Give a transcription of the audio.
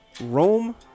Rome